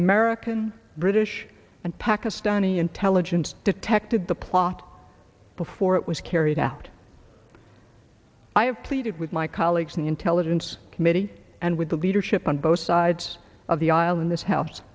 american british and pakistani intelligence detected the plot before it was carried out i have pleaded with my colleagues in the intelligence committee and with the leadership on both sides of the aisle in this house